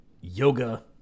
yoga